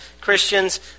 Christians